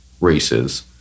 races